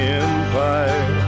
empire